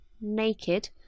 naked